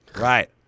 Right